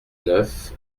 neuf